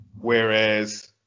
whereas